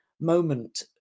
moment